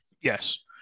Yes